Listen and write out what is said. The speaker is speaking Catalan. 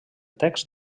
text